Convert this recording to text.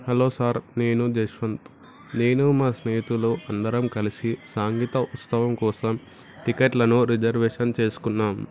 hello sir నేను జస్వంత్ నేను మా స్నేహితులు అందరం కలిసి సంగీత ఉత్సవం కోసం టికెట్లను రిజర్వేషన్ చేసుకున్నాను